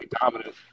dominant